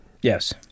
Yes